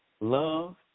love